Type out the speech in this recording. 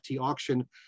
auction